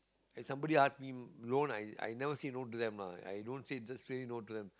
and somebody ask me loan I I never say no to them lah i don't say just say no to them